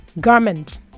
garment